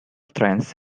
trends